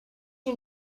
you